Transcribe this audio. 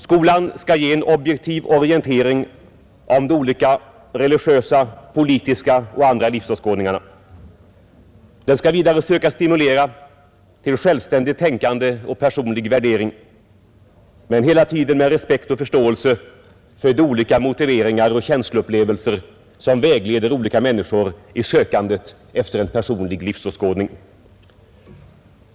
Skolan skall ge en objektiv orientering om de olika religiösa, politiska och andra livsåskådningarna. Den skall vidare söka stimulera till självständigt tänkande och personlig värdering men hela tiden med respekt och förståelse för de olika motiveringar och känsloupplevelser som vägleder olika människor i sökandet efter en personlig livsåskådning.